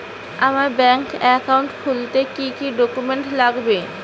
আমার bank account খুলতে কি কি ডকুমেন্ট লাগবে?